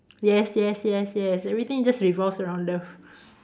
yes yes yes yes everything just revolves around love